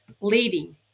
leading